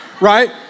right